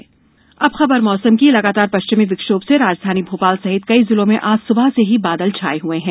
मौसम अब खबर मौसम की लगातार पश्चिमी विक्षोभ से राजधानी भोपाल सहित कई जिलों में आज स्बह से ही बादल छाए हुए हैं